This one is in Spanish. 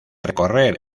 recorrer